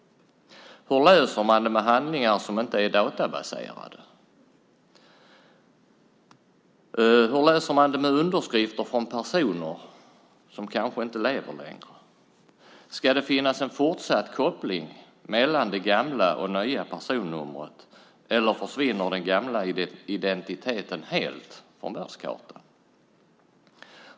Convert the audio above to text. Hur löser man det med handlingar som inte är databaserade? Hur löser man det med underskrifter från personer som kanske inte lever längre? Ska det finnas en fortsatt koppling mellan det gamla och det nya personnumret, eller försvinner den gamla identiteten helt från världskartan?